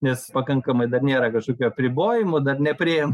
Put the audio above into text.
nes pakankamai dar nėra kažkokių apribojimų dar nepriėjo